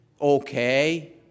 Okay